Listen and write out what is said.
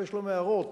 יש להם הערות